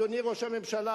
אדוני ראש הממשלה.